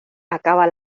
acaba